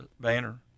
banner